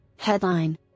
Headline